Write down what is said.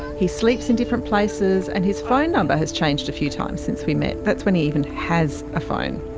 he sleeps in different places and his phone number has changed a few times since we met, that's when he even has a phone.